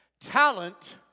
Talent